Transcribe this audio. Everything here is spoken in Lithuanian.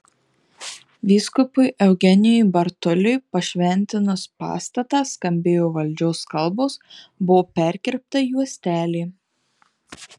vyskupui eugenijui bartuliui pašventinus pastatą skambėjo valdžios kalbos buvo perkirpta juostelė